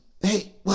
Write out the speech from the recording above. hey